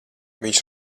viņš